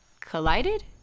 collided